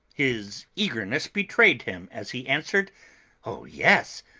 his eagerness betrayed him as he answered oh, yes,